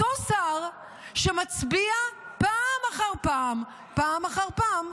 אותו שר שמצביע פעם אחר פעם, פעם אחר פעם,